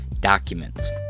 documents